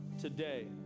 today